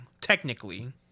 technically